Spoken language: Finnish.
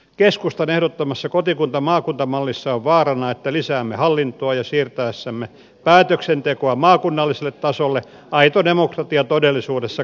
keskustan ehdottamassa kotikuntamaakunta mallissa on vaarana että lisäämme hallintoa ja siirtäessämme päätöksentekoa maakunnalliselle tasolle aito demokratia todellisuu dessa kaventuu